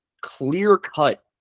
clear-cut